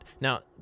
Now